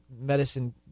medicine